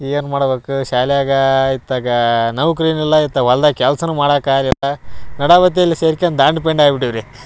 ಏನು ಮಾಡ್ಬೇಕು ಶಾಲ್ಯಾಗ ಇತ್ತಗಾ ನೌಕ್ರಿಯೂ ಇಲ್ಲ ಇತ್ತ ಹೊಲ್ದಾಗ ಕೆಲ್ಸವೂ ಮಾಡೋಕೆ ಆಗ್ಲಿಲ್ಲ ನಡವತಿಯಲ್ಲಿ ಸೇರ್ಕೊಂಡು ದಂಡ ಪಿಂಡ ಆಗ್ಬಿಟ್ಟೀವಿ ರೀ